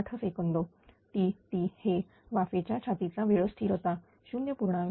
08 सेकंद Tt हे वाफेच्या छातिचा वेळ स्थिरता 0